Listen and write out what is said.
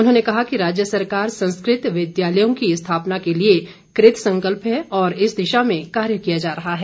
उन्होंने कहा कि राज्य सरकार संस्कृत विद्यालयों की स्थापना के लिए कृतसंकल्प है और इस दिशा में कार्य किया जा रहा है